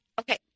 Okay